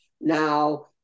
Now